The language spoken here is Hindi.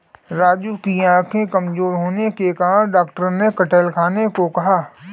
राजू की आंखें कमजोर होने के कारण डॉक्टर ने कटहल खाने को कहा